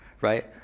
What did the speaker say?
right